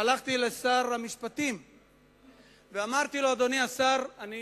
שהלכתי לשר המשפטים ואמרתי לו: אדוני השר, אני